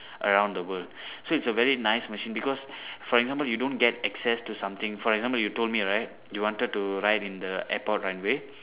around the world so it's a very nice machine because for example you don't get access to something for example you told me right you wanted to ride in the airport runway